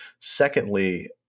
secondly